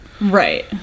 Right